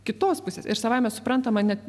kitos pusės ir savaime suprantama net